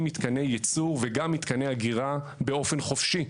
מתקני יצור וגם מתקני אגירה באופן חופשי.